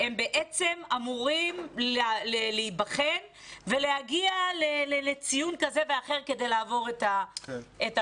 הם אמורים להיבחן ולהגיע לציון כזה ואחר כדי לעבור את המבחנים.